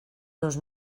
dos